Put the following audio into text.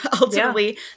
ultimately